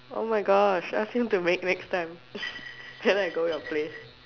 oh my gosh ask him to make next time then I go your place